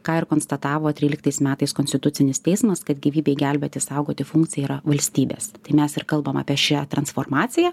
ką ir konstatavo tryliktais metais konstitucinis teismas kad gyvybei gelbėti saugoti funkcija yra valstybės tai mes ir kalbam apie šią transformaciją